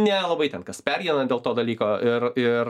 nelabai ten kas pergyvena dėl to dalyko ir ir